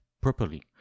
properly